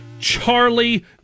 Charlie